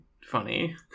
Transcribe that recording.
funny